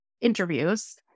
interviews